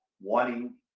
wanting